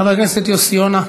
חבר הכנסת יוסי יונה,